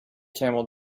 camel